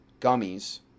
gummies